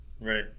Right